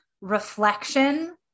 reflection